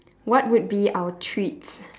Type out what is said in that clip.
what would be our treats